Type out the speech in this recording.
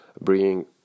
bringing